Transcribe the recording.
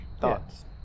thoughts